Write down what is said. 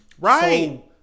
right